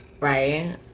Right